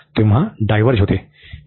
तेव्हा डायव्हर्ज होते